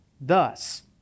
Thus